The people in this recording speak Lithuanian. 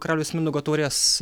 karaliaus mindaugo taurės